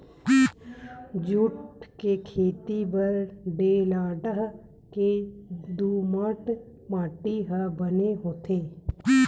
jute के खेती बर डेल्टा के दुमट माटी ह बने होथे